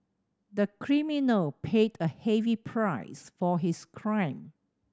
the criminal paid a heavy price for his crime